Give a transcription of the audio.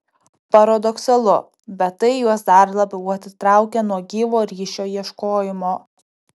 paradoksalu bet tai juos dar labiau atitraukia nuo gyvo ryšio ieškojimo